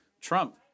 Trump